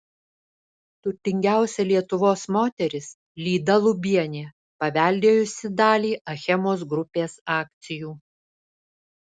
turtingiausia lietuvos moteris lyda lubienė paveldėjusi dalį achemos grupės akcijų